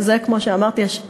ובזה, כמו שאמרתי, יש הרחבה,